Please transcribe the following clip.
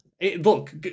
Look